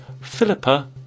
Philippa